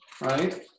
Right